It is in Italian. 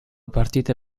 partite